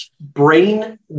brain